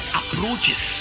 approaches